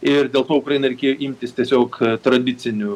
ir dėl to ukrainai reikėjo imtis tiesiog tradicinių